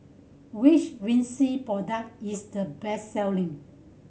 which Vichy product is the best selling